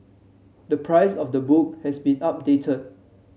the price of the book has been updated